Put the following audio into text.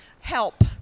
Help